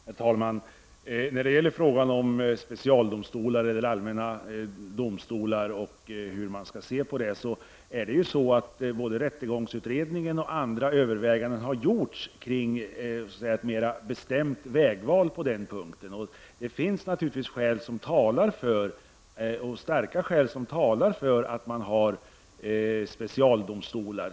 Herr talman! När det gäller frågan om specialdomstolar eller allmänna domstolar och hur man skall se på dem så har bl.a. rättegångsutredningen gjort överväganden i fråga om ett mer bestämt vägval på den punkten. Det finns naturligtvis starka skäl som talar för att det finns specialdomstolar.